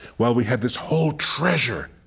while we had this whole treasure.